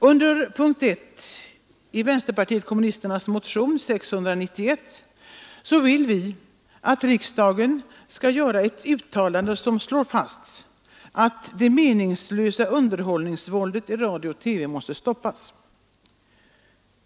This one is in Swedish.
Under punkt 1 i vänsterpartiet kommunisternas motion 691 vill vi att riksdagen gör ett uttalande som slår fast, att det meningslösa underhållningsvåldet i radio och TV måste stoppas.